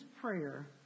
prayer